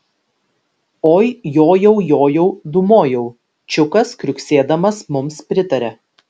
oi jojau jojau dūmojau čiukas kriuksėdamas mums pritaria